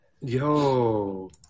Yo